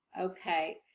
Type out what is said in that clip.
Okay